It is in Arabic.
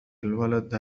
الولد